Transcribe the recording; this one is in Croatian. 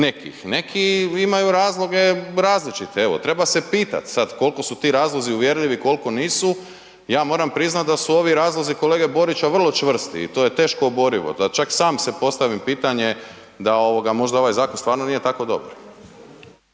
Neki imaju razloge različite, evo treba se pitat sad koliko su ti razlozi uvjerljivi, koliko nisu, ja moram priznat da su ovi razlozi kolege Borića vrlo čvrsti i to je teško oborivo da čak sam si postavim pitanje da možda ovaj zakon stvarno nije tako dobar.